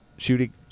Shooting